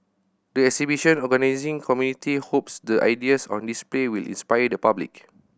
the exhibition organising committee hopes the ideas on display will inspire the public